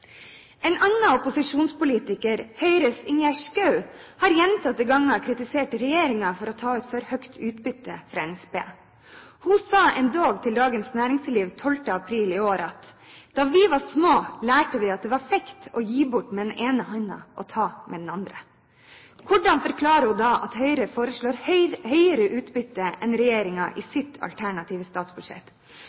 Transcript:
En annen opposisjonspolitiker, Høyres Ingjerd Schou, har gjentatte ganger kritisert regjeringen for å ta ut for høyt utbytte fra NSB. Hun sa endog til Dagens Næringsliv 12. april i år: «Da vi var små lærte vi at det var feigt å gi bort med den ene hånda og ta med den andre.» Hvordan forklarer hun da at Høyre foreslår høyere utbytte enn regjeringen i sitt alternative statsbudsjett,